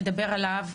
מדבר עליו,